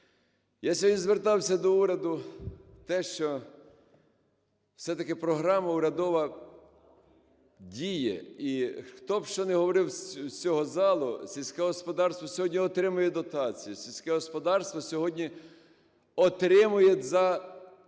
Я сьогодні звертався до уряду, те, що все-таки програма урядова діє, і хто б що не говорив з цього залу, сільське господарство сьогодні отримує дотації, сільське господарство сьогодні отримує за